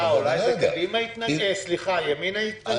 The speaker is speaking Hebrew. ימינה התנגדו.